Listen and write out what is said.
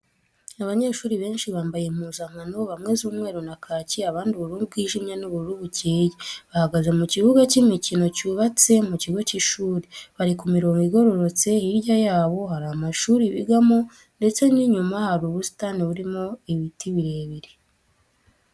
Abanyeshuri benshi bambaye impuzankano bamwe z'umweru na kaki, abandi ubururu bwijimye n'ubururu bukeye, bahagaze mu kibuga cy'imikino cyubatse mu kigo cy'ishuri, bari ku mirongo igororotse, hirya yabo hari amashuri bigamo ndetse inyuma hari ubusitani burimo ibiti birebire.